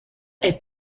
est